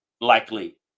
likely